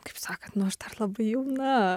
kaip sakant nu aš dar labai jauna